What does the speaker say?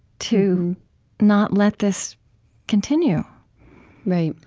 to not let this continue right.